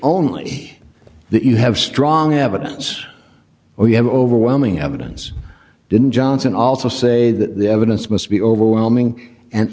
only that you have strong evidence or you have overwhelming evidence didn't johnson also say that the evidence must be overwhelming and